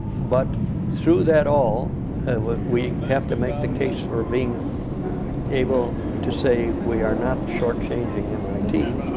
but through that all, what we have to make the case for being able to say, we are not short-changing mit.